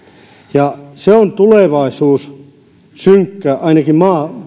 ja se on tulevaisuus synkkä ainakin